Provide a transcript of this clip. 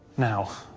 now,